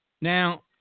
Now